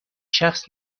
شخص